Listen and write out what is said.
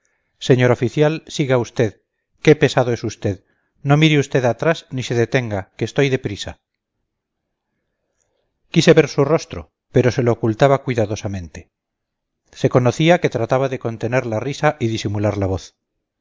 señor oficial siga usted qué pesado es usted no mire usted atrás ni se detenga que estoy de prisa quise ver su rostro pero se lo ocultaba cuidadosamente se conocía que trataba de contener la risa y disimular la voz